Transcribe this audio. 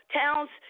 towns